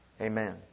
Amen